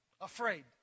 afraid